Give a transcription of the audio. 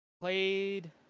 Played